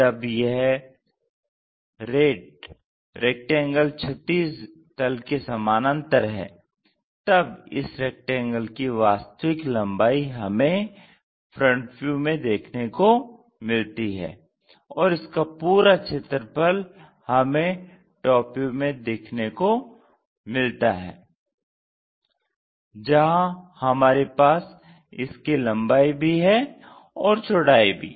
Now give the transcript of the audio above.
जब यह रेट रैक्टेंगल क्षैतिज तल के समानांतर है तब इस रेक्टेंगल की वास्तविक लम्बाई हमें फ्रंट व्यू में देखने को मिलती है और इसका पूरा क्षेत्रफल हमें टॉप व्यू में देखना को मिलता है जहां हमारे पास इसकी लम्बाई भी है और चौड़ाई भी